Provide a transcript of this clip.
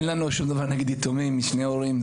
אין לנו שום דבר נגד יתומים משני הורים.